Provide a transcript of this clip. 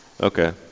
Okay